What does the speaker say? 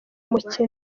mukino